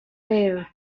there